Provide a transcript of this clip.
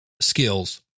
skills